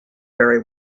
very